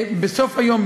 בסוף היום,